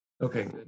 Okay